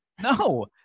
No